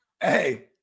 Hey